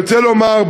אני רוצה לומר,